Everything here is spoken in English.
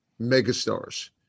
megastars